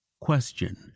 question